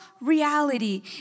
reality